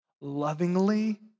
lovingly